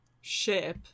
ship